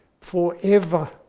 forever